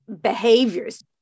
behaviors